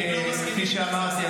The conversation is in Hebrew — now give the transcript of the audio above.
כפי שאמרתי,